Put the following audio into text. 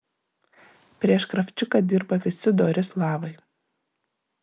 prieš kravčiuką dirba visi dori slavai